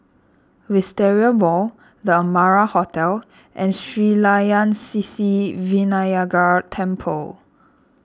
Wisteria Mall the Amara Hotel and Sri Layan Sithi Vinayagar Temple